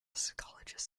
psychologist